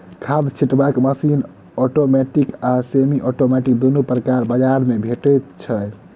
खाद छिटबाक machine automatic आ सेमी औटोमेटिक दुनू प्रकारक बजार मे भेटै छै